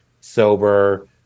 sober